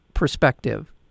perspective